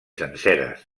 senceres